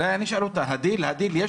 הדיל, יש